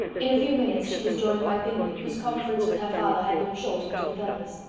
in a few minutes she was joined by bingley, whose conference with her father had been short and to the purpose.